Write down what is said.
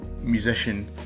musician